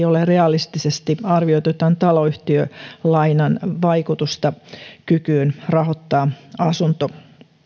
ole realistisesti arvioitu tämän taloyhtiön lainan vaikutusta kykyyn rahoittaa asunto